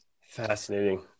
Fascinating